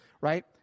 right